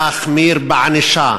להחמיר בענישה,